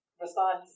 response